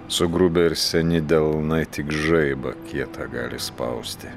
sugrubę ir seni delnai tik žaibą kietą gali spausti